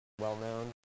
well-known